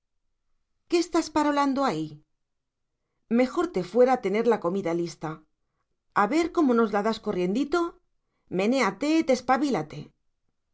qué estás parolando ahí mejor te fuera tener la comida lista a ver cómo nos la das corriendito menéate despabílate